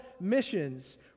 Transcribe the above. missions